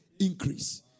Increase